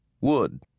wood